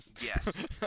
Yes